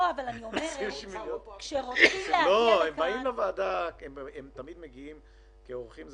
הם תמיד מגיעים כאורחים,